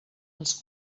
els